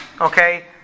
okay